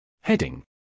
Heading